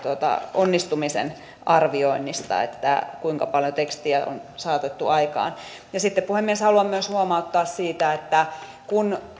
onnistumisen arvioinnin mittarina kuinka paljon tekstiä on saatettu aikaan sitten puhemies haluan myös huomauttaa siitä että kun